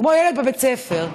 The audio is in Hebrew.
כמו ילד בבית ספר.